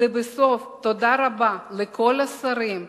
ולבסוף תודה רבה לכל השרים,